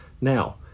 Now